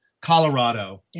Colorado